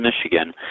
Michigan